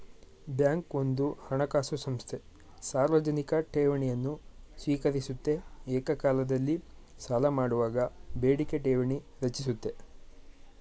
bank ಒಂದು ಹಣಕಾಸು ಸಂಸ್ಥೆ ಸಾರ್ವಜನಿಕ ಠೇವಣಿಯನ್ನು ಸ್ವೀಕರಿಸುತ್ತೆ ಏಕಕಾಲದಲ್ಲಿ ಸಾಲಮಾಡುವಾಗ ಬೇಡಿಕೆ ಠೇವಣಿ ರಚಿಸುತ್ತೆ